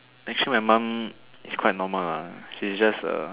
actually my mum is quite normal ah she's just err